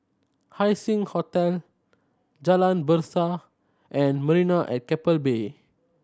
Haising Hotel Jalan Berseh and Marina at Keppel Bay